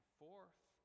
forth